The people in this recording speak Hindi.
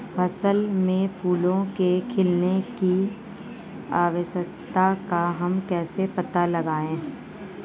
फसल में फूलों के खिलने की अवस्था का हम कैसे पता लगाएं?